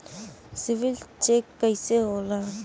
CIBIL check कइसे होला?